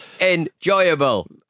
Enjoyable